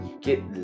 get